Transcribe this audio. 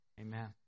Amen